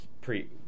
Pre-